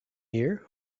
here